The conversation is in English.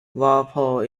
walpole